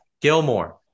Gilmore